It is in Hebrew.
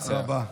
תודה רבה.